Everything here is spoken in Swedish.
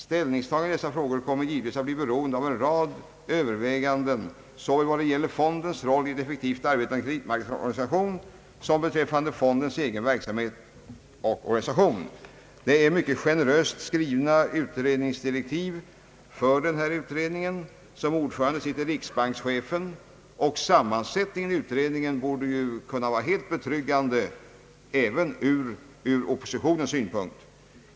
Ställningstagandet i dessa frågor kommer givetvis att bli beroende av en rad överväganden såväl i vad det gäller fondens roll i en effektivt arbetande kreditmarknadsorganisation som beträffande fondens egen verksamhet och organisation.» Det är mycket generöst skrivna utredningsdirektiv för denna utredning. Som ordförande i utredningen sitter riksbankschefen, och sammansättningen av utredningen borde kunna vara helt betryggande även ur oppositionens synpunkt.